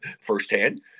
firsthand